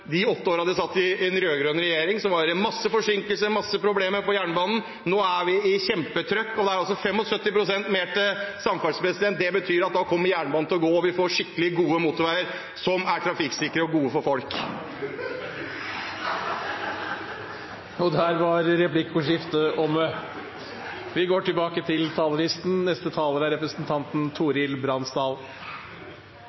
de åtte årene med en rød-grønn regjering. Da var det masse forsinkelser, masse problemer med jernbanen. Nå har vi kjempetrøkk, og det er altså 75 pst. mer til samferdsel. Det betyr at da kommer jernbanen til å gå, og vi får skikkelig gode motorveier som er trafikksikre og gode for folk. Kan jeg få fem replikker til? Der var replikkordskiftet omme.